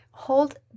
Hold